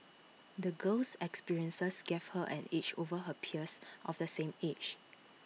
the girl's experiences gave her an edge over her peers of the same age